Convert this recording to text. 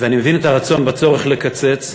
ואני מבין את הרצון, הצורך לקצץ,